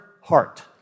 heart